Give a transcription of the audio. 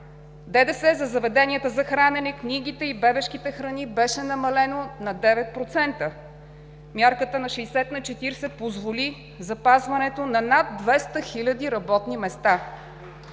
ДДС за заведенията за хранене, книгите и бебешките храни беше намален на 9%. Мярката 60/40 позволи запазването на над 200 хиляди работни места.